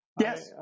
Yes